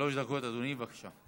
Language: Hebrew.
שלוש דקות, אדוני, בבקשה.